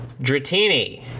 Dratini